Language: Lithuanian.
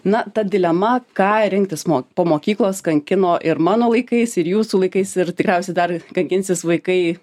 na ta dilema ką rinktis mo po mokyklos kankino ir mano laikais ir jūsų laikais ir tikriausiai dar kankinsis vaikai